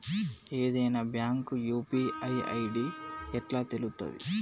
ఏదైనా bank UPI ID ఎట్లా తెలుత్తది?